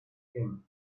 him